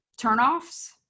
turnoffs